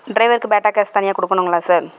டிரைவருக்கு பேட்டா காசு தனியாக கொடுக்கனுங்களா சார்